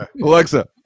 Alexa